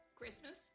christmas